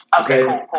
Okay